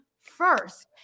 first